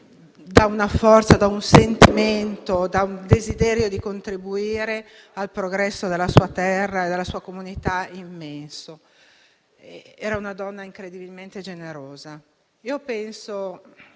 da una forza, un sentimento e un desiderio immensi di contribuire al progresso della sua terra e della sua comunità. Ripeto: era una donna incredibilmente generosa. Penso